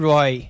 Roy